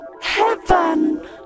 heaven